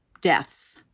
deaths